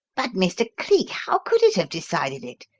but, mr. cleek, how could it have decided it?